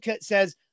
says